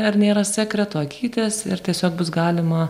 ar nėra sekreto akytes ir tiesiog bus galima